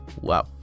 wow